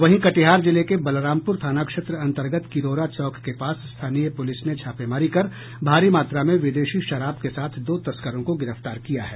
वहीं कटिहार जिले के बलरामपुर थाना क्षेत्र अंतर्गत किरोरा चौक के पास स्थानीय पुलिस ने छापेमारी कर भारी मात्रा में विदेशी शराब के साथ दो तस्करों को गिरफ्तार किया है